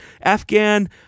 Afghan